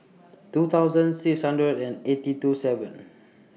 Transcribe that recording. two thousand six hundred and eighty two seven